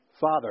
Father